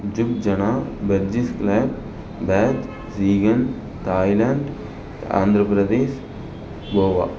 ஜிப்ஜனா பெஜ்ஜிஸ்கலே பேத் சீகன் தாய்லாந்து ஆந்திரப்பிரதேஷ் கோவா